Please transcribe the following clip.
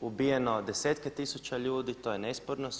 ubijeno desetke tisuća ljudi, to je nesporno.